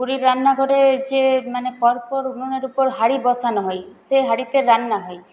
পুরীর রান্নাঘরে যে মানে পরপর উনুনের ওপর হাঁড়ি বসানো হয় সেই হাঁড়িতে রান্না হয়